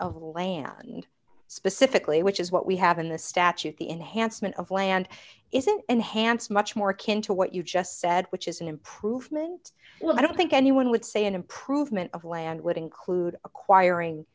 a land specifically which is what we have in the statute the enhancement of land isn't and hance much more akin to what you just said which is an improvement well i don't think anyone would say an improvement of land would include acquiring